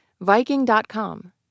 Viking.com